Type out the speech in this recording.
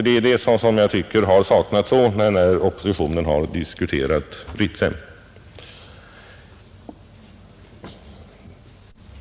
Det är vad jag tycker har saknats när oppositionen diskuterat Ritsem.